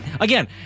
Again